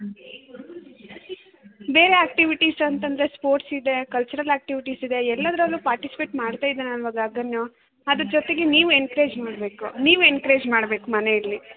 ಬೇರೆ ಆಕ್ಟಿವಿಟೀಸ್ ಅಂತಂದರೆ ಸ್ಪೋರ್ಟ್ಸ್ ಇದೆ ಕಲ್ಚರಲ್ ಆಕ್ಟಿವಿಟೀಸ್ ಇದೆ ಎಲ್ಲದರಲ್ಲೂ ಪಾರ್ಟಿಸಿಪೇಟ್ ಮಾಡ್ತಾ ಇದ್ದಾನಲ್ವಾ ಗಗನು ಅದರ ಜೊತೆಗೆ ನೀವೂ ಎನ್ಕರೇಜ್ ಮಾಡಬೇಕು ನೀವು ಎನ್ಕರೇಜ್ ಮಾಡಬೇಕು ಮನೆಯಲ್ಲಿ